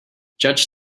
judge